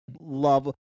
love